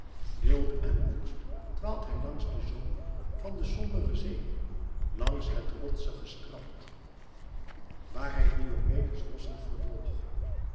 wild en woest dwaalt hij langs den zoom van de sombere zee langs het rotsige strand waar hij diomedes rossen verdolg